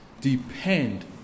depend